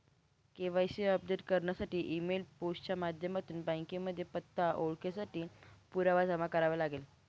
KYC update करण्यासाठी email, post च्या माध्यमातून बँकेमध्ये पत्ता, ओळखेसाठी पुरावा जमा करावे लागेल